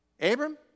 Abram